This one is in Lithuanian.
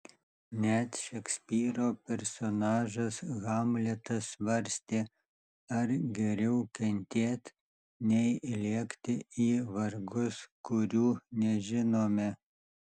net šekspyro personažas hamletas svarstė ar geriau kentėt nei lėkti į vargus kurių nežinome